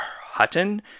Hutton